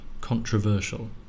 controversial